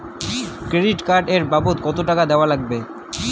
Credit card এর বাবদ কতো টাকা দেওয়া লাগবে?